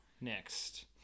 next